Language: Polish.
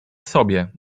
sobie